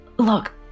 Look